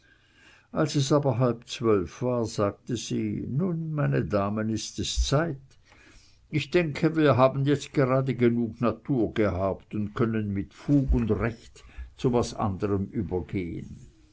als es aber halb zwölf war sagte sie nun meine damen ist es zeit ich denke wir haben jetzt gerade genug natur gehabt und können mit fug und recht zu was andrem übergehen